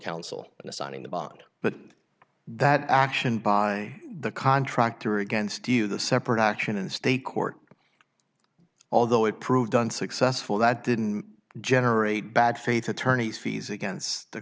counsel in assigning the bond but that action by the contractor against you the separate action in state court although it proved unsuccessful that didn't generate bad faith attorneys fees against the